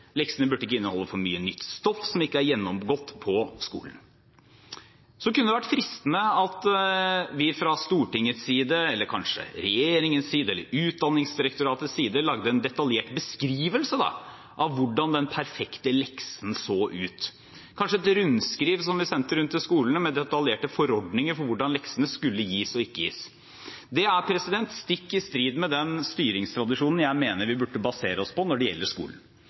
leksene burde ikke inneholde for mye nytt stoff som ikke er gjennomgått på skolen. Så kunne det vært fristende at vi fra Stortingets side – eller kanskje fra regjeringens eller Utdanningsdirektoratets side – lagde en detaljert beskrivelse av hvordan den perfekte leksen så ut, kanskje et rundskriv som vi sendte rundt til skolene med detaljerte forordninger for hvordan leksene skulle gis og ikke gis. Det er stikk i strid med den styringstradisjonen jeg mener vi burde basere oss på når det gjelder skolen.